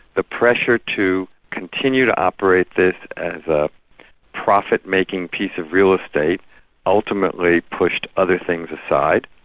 the pressure to continue to operate this as a profit-making piece of real estate ultimately pushed other things aside,